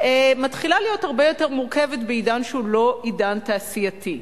מתחילה להיות הרבה יותר מורכבת בעידן שהוא לא עידן תעשייתי.